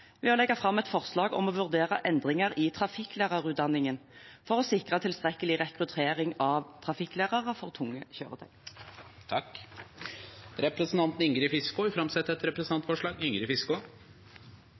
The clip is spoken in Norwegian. ved å framsette et forslag om å vurdere endringer i trafikklærerutdanningen for å sikre tilstrekkelig rekruttering av trafikklærere for tunge kjøretøy. Representanten Ingrid Fiskaa vil framsette et